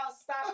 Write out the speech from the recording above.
stop